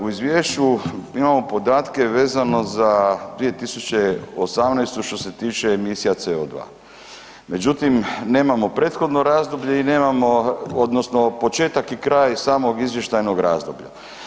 U izvješću imamo podatke vezano za 2018. što se tiče emisija CO2, međutim nemamo prethodno razdoblje i nemamo odnosno početak i kraj samog izvještajnog razdoblja.